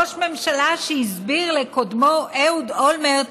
ראש ממשלה שהסביר לקודמו, אהוד אולמרט,